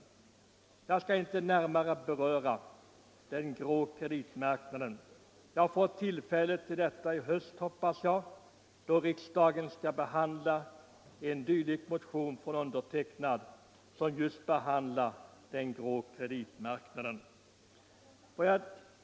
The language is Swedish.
Jag skall emellertid inte nu närmare gå in på den frågan, eftersom jag får tillfälle till det i höst, när riksdagen skall behandla en motion som jag väckt och som just handlar om den grå kreditmarknaden.